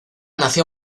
nació